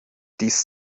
dies